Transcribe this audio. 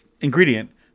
ingredient